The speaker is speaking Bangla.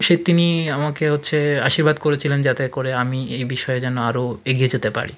সে তিনি আমাকে হচ্ছে আশীর্বাদ করেছিলেন যাতে করে আমি এই বিষয়ে যেন আরও এগিয়ে যেতে পারি